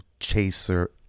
chaser